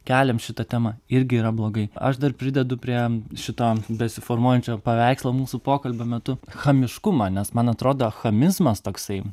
keliam šitą temą irgi yra blogai aš dar pridedu prie šito besiformuojančio paveikslo mūsų pokalbio metu chamiškumą nes man atrodo chamizmas toksai